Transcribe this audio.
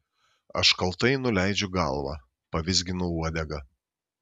aš kaltai nuleidžiu galvą pavizginu uodegą